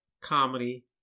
comedy